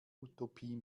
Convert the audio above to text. utopie